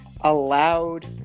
allowed